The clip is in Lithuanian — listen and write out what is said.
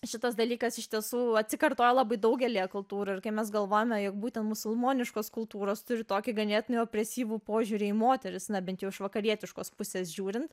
šitas dalykas iš tiesų atsikartoja labai daugelyje kultūrų ir kai mes galvojame jog būtent musulmoniškos kultūros turi tokį ganėtinai opresyvų požiūrį į moteris na bent jau iš vakarietiškos pusės žiūrint